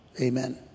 Amen